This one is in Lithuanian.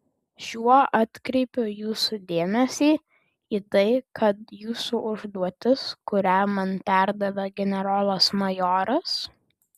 šiuo atkreipiu jūsų dėmesį į tai kad jūsų užduotis kurią man perdavė generolas majoras